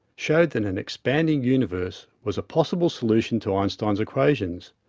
showed that an expanding universe was a possible solution to einstein's equations,